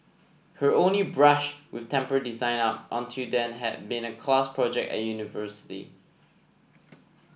her only brush with temple design up until then had been a class project at university